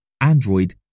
Android